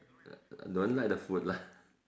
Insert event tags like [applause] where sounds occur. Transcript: don't like the food lah [laughs]